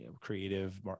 creative